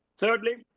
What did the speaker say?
thirdly,